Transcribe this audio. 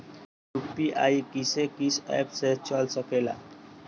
UPI किस्से कीस app से चल सकेला?